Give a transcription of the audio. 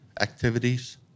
activities